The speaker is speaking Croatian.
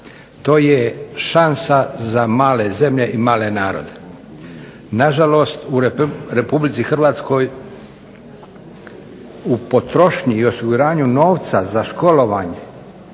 To je šansa za male zemlje i male narode. Nažalost, u RH u potrošnji i osiguranju novca za školovanje,